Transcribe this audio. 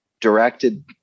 directed